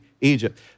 Egypt